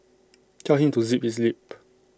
tell him to zip his lip